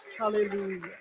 Hallelujah